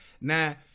Now